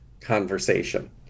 conversation